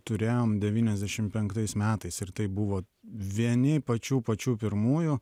turėjom devyniasdešimt penktais metais ir tai buvo vieni pačių pačių pirmųjų